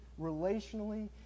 relationally